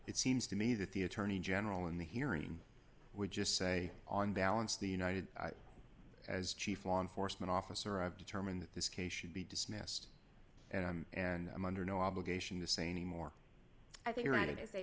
it seems to me that the attorney general in the hearing would just say on balance the united as chief law enforcement officer i've determined that this case should be dismissed and i'm and i'm under no obligation the seine more i think